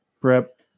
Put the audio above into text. prep